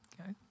Okay